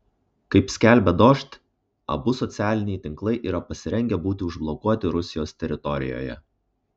kaip skelbia dožd abu socialiniai tinklai yra pasirengę būti užblokuoti rusijos teritorijoje